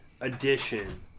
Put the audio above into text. edition